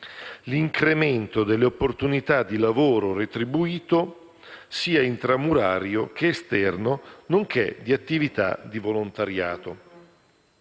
l'incremento delle opportunità di lavoro retribuito, sia intramurario che esterno, nonché di attività di volontariato;